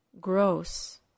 gross